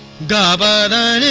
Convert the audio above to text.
da da